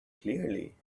clearly